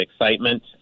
excitement